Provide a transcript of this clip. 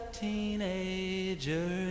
teenager